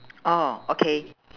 orh okay